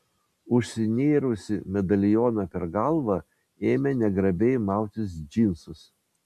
užsinėrusi medalioną per galvą ėmė negrabiai mautis džinsus